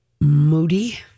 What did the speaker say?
moody